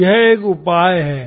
तो यह एक उपाय है